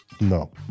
No